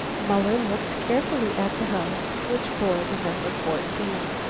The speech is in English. muller looked carefully at the house which bore the number fourteen.